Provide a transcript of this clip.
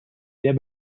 der